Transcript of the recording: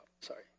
sorry